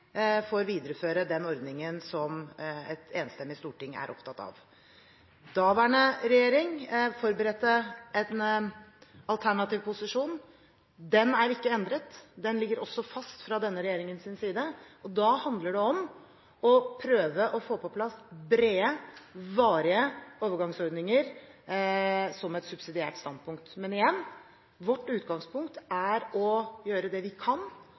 videreføre den ordningen som et enstemmig storting er opptatt av. Daværende regjering forberedte en alternativ posisjon. Den er ikke endret, den ligger også fast fra denne regjeringens side. Da handler det om å prøve å få på plass brede, varige overgangsordninger som et subsidiært standpunkt. Men igjen – vårt utgangspunkt er å gjøre det vi kan